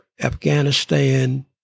Afghanistan